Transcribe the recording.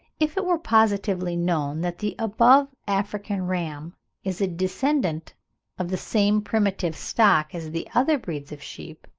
if it were positively known that the above african ram is a descendant of the same primitive stock as the other breeds of sheep,